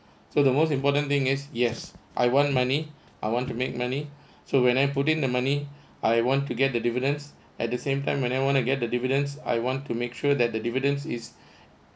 so the most important thing is yes I want money I want to make money so when I put in the money I want to get the dividends at the same time when I want to get the dividends I want to make sure that the dividends is